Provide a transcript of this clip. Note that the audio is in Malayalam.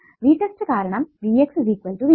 V test കാരണം V x V test